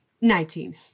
Nineteen